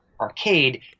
arcade